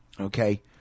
okay